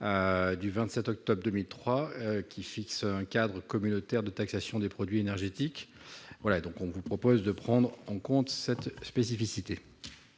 du 27 octobre 2003, qui fixe un cadre communautaire de taxation des produits énergétiques. Cet amendement tend à prendre en compte leur spécificité.